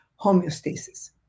homeostasis